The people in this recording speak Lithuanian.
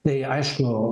tai aišku